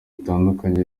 bitandukanye